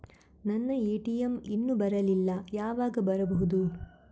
ನನ್ನ ಎ.ಟಿ.ಎಂ ಇನ್ನು ಬರಲಿಲ್ಲ, ಯಾವಾಗ ಬರಬಹುದು?